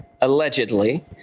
allegedly